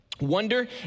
Wonder